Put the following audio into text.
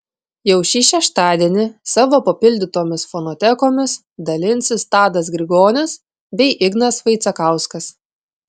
jau šį šeštadienį savo papildytomis fonotekomis dalinsis tadas grigonis bei ignas vaicekauskas